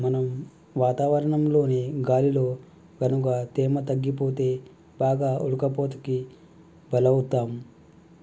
మనం వాతావరణంలోని గాలిలో గనుక తేమ తగ్గిపోతే బాగా ఉడకపోతకి బలౌతాం